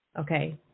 Okay